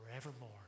forevermore